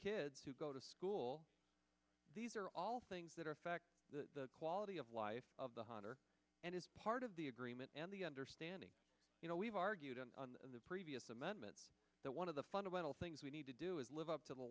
kids to go to school these are all things that are affecting the quality of life of the hunter and it's part of the agreement and the understanding you know we've argued on the previous amendment that one of the fundamental things we need to do is live up to the